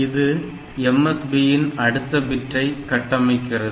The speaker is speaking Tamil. இது MSB இன் அடுத்த பிட்டை கட்டமைக்கிறது